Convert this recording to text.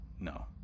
no